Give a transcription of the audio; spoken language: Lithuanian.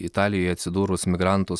italijoje atsidūrus migrantus